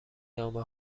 نامه